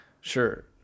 sure